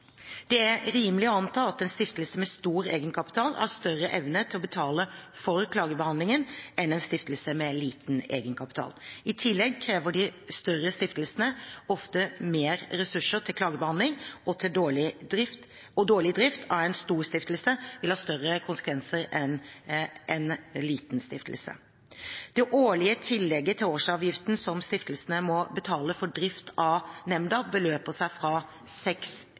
Det er rimelig å anta at en stiftelse med stor egenkapital har større evne til å betale for klagebehandlingen enn en stiftelse med liten egenkapital. I tillegg krever de større stiftelsene ofte mer ressurser til klagebehandlingen, og dårlig drift av en stor stiftelse vil ha større konsekvenser enn for en liten stiftelse. Det årlige tillegget til årsavgiften som stiftelsene må betale for drift av nemnda, beløper seg fra